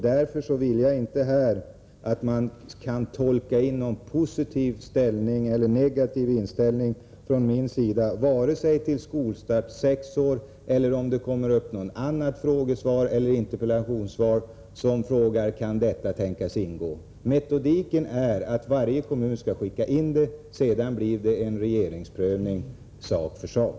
Därför vill jag inte gå med på att man kan tolka in någon positiv eller negativ inställning från min sida till vare sig skolstart vid sex års ålder eller något annat som kan föras på tal i någon annan fråga eller interpellation. Varje kommun skall skicka in sina förslag, och sedan blir det en regeringsprövning sak för sak.